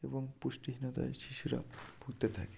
এবং পুষ্টিহীনতায় শিশুরা ভুগতে থাকে